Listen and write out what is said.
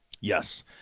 Yes